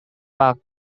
pak